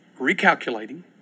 recalculating